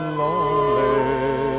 lonely